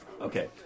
Okay